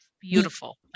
beautiful